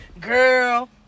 girl